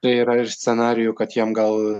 tai yra ir scenarijų kad jam gal